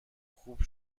خوب